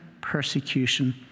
persecution